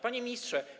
Panie Ministrze!